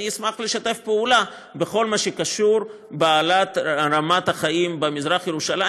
אני אשמח לשתף פעולה בכל מה שקשור בהעלאת רמת החיים במזרח-ירושלים,